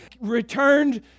returned